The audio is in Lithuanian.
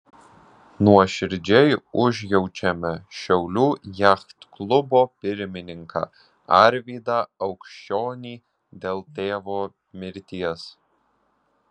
nuoširdžiai užjaučiame šiaulių jachtklubo pirmininką arvydą aukščionį dėl tėvo mirties